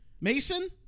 Mason